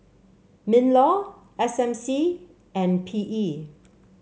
Minlaw S M C and P E